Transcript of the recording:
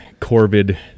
Corvid